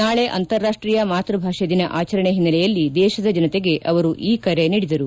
ನಾಳೆ ಅಂತಾರಾಷ್ಷೀಯ ಮಾತ್ವಭಾಷೆ ದಿನ ಆಚರಣೆ ಓನ್ನೆಲೆಯಲ್ಲಿ ದೇಶದ ಜನತೆಗೆ ಅವರು ಈ ಕರೆ ನೀಡಿದರು